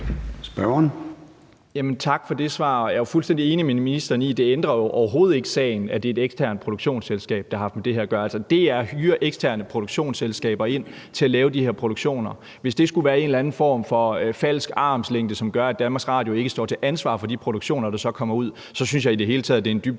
Bjørn (DF): Tak for det svar. Jeg er jo fuldstændig enig med ministeren i, at det overhovedet ikke ændrer sagen, at det er et eksternt produktionsselskab, der har haft med det her at gøre. Altså, DR hyrer eksterne produktionsselskaber ind til at lave de her produktioner. Hvis det skulle være en eller anden form for falsk armslængde, som gør, at DR ikke står til ansvar for de produktioner, der så kommer ud, synes jeg i det hele taget, at det er en dybt